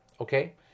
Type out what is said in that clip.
Okay